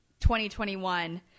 2021